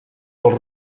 pels